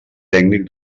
tècnic